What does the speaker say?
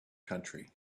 country